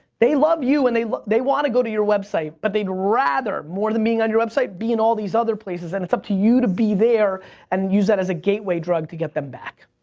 they love you and they they want to go to your website, but they'd rather, more than being on your website, be in all these other places, and it's up to you to be there and use that as a gateway drug to get them back.